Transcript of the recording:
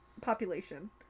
population